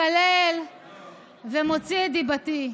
מקלל ומוציא את דיבתי.